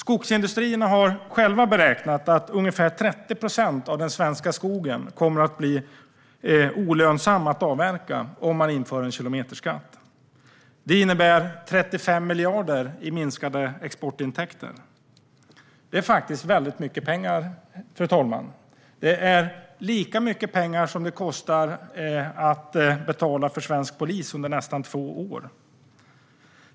Skogsindustrierna har själva beräknat att ungefär 30 procent av den svenska skogen kommer att bli olönsam att avverka om man inför en kilometerskatt. Detta innebär 35 miljarder i minskade exportintäkter. Det är väldigt mycket pengar, fru talman! Det är lika mycket pengar som det kostar att betala för svensk polis under nästan två år.